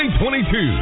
2022